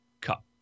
Cup